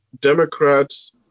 Democrats